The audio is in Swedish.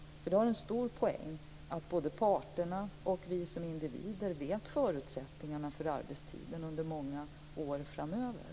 Det finns nämligen en stor poäng i att både parterna och vi som individer vet förutsättningarna för arbetstiden under många år framöver.